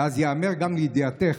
ואז ייאמר, גם לידיעתך,